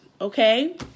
okay